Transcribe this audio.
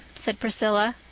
said priscilla.